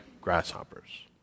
grasshoppers